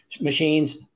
machines